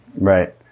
Right